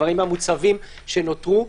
הדברים המוצהבים שנותרו,